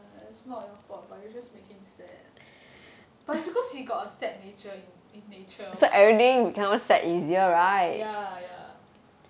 err it's not your fault but you just make him sad but is because he got a sad nature in eh nature ya ya